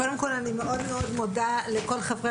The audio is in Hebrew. קודם כל אני מאוד מאוד מודה לכל חברי